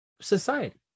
society